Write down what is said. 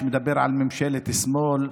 שדיבר על ממשלת שמאל.